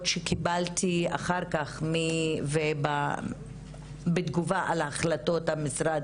שקיבלתי אחר כך ובתגובה על החלטות המשרד